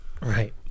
Right